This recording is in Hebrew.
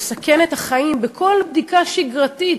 לסכן את החיים בכל בדיקה שגרתית,